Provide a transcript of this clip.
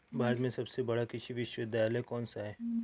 भारत में सबसे बड़ा कृषि विश्वविद्यालय कौनसा है?